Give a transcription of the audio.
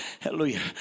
hallelujah